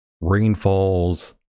rainfalls